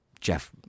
Jeff